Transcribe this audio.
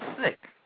sick